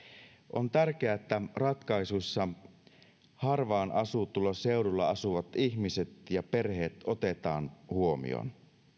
on tärkeää että ratkaisuissa harvaan asutulla seudulla asuvat ihmiset ja perheet otetaan huomioon